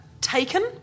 Taken